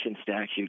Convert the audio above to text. statute